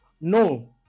no